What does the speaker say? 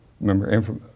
Remember